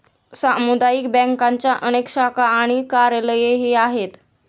सामुदायिक बँकांच्या अनेक शाखा आणि कार्यालयेही आहेत